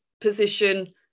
position